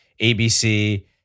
ABC